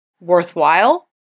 worthwhile